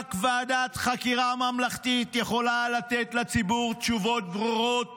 "רק ועדת חקירה ממלכתית יכולה לתת לציבור תשובות ברורות